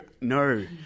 no